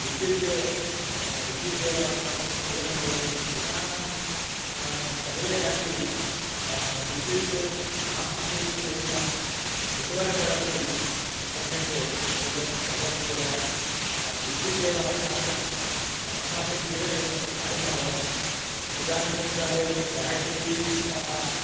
विद्युत् विद्युतेव अस्माकं जीवनं भवति जनानां सर्वे अपि विद्युत् नास्ति चेत् तेषाम् इन्वर्टर् अपि सम्यक् एवं भवत्येव विद्युतेव अस्माकं अस्माकं जीवने एकं भागं अभवत् इदानीन्तनकाले ब्याट्रि तः